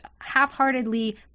half-heartedly